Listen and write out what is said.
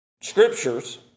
scriptures